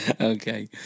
Okay